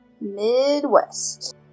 Midwest